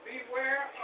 Beware